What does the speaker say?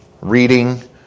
reading